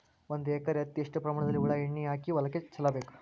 ಒಂದು ಎಕರೆ ಹತ್ತಿ ಎಷ್ಟು ಪ್ರಮಾಣದಲ್ಲಿ ಹುಳ ಎಣ್ಣೆ ಹಾಕಿ ಹೊಲಕ್ಕೆ ಚಲಬೇಕು?